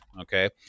Okay